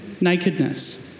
nakedness